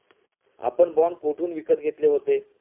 आपण बाँड कोठून विकत घेतले होते?